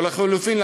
או לחלופין,